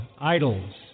idols